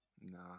No